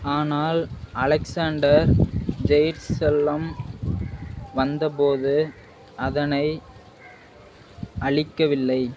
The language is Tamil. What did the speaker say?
ஆனால் அலெக்ஸாண்டர் ஜெயிர்செல்லம் வந்தபோது அதனை அளிக்கவில்லை